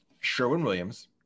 Sherwin-Williams